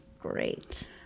Great